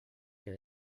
que